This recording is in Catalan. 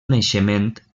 naixement